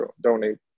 donate